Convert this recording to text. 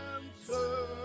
answer